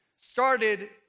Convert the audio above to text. started